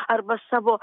arba savo